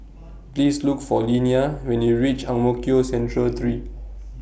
Please Look For Linnea when YOU REACH Ang Mo Kio Central three